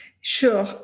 Sure